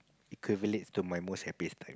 equivalent to my most happiest time